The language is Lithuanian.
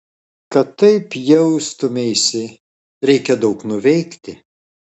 kad taip jaustumeisi reikia daug nuveikti